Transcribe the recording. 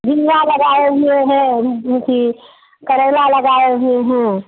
झींगा लगाए हुए हैं अथी करैला लगाए हुए हैं